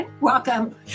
Welcome